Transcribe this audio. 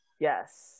yes